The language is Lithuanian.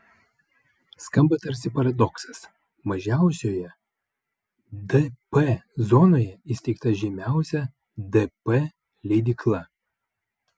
skamba tarsi paradoksas mažiausioje dp zonoje įsteigta žymiausia dp leidykla